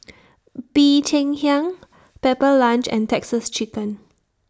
Bee Cheng Hiang Pepper Lunch and Texas Chicken